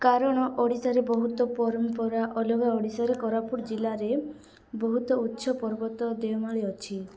କାରଣ ଓଡ଼ିଶାରେ ବହୁତ ପରମ୍ପରା ଅଲଗା ଓଡ଼ିଶାରେ କୋରାପୁଟ ଜିଲ୍ଲାରେ ବହୁତ ଉଚ୍ଚ ପର୍ବତ ଦେଓମାଳି ଅଛି